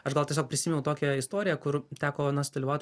aš gal tiesiog prisimenu tokią istoriją kur teko na sudalyvaut